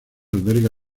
alberga